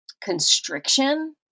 constriction